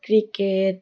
cricket